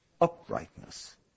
uprightness